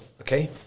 okay